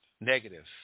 negative